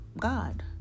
God